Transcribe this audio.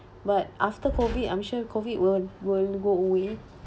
but after COVID I'm sure COVID will will go away